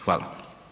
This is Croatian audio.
Hvala.